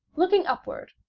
looking upward,